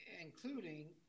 including